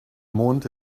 mond